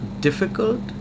difficult